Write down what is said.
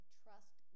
trust